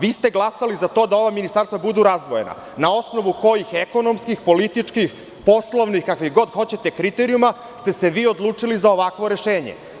Vi ste glasali za to da ova ministarstva budu razdvojena, na osnovu kojih ekonomskih, političkih, poslovnih, kakvih god hoćete kriterijuma ste se vi odlučili za ovakvo rešenje?